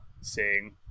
seeing